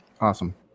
awesome